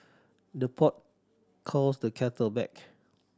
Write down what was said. the pot calls the kettle back